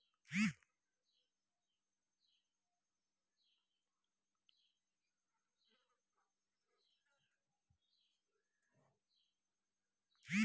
रे मोनासिब बेपार करे ना, एतेक धुरफंदी कथी लेल करय छैं?